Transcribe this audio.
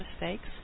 mistakes